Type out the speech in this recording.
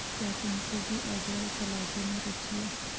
क्या तुमको भी एग्रोइकोलॉजी में रुचि है?